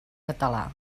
català